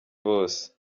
bose